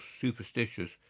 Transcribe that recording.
superstitious